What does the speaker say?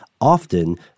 Often